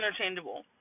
interchangeable